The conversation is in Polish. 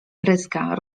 pryska